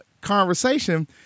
conversation